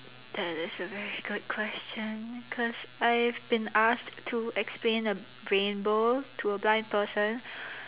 that is a very good question because I have been asked to explain a rainbow to a blind person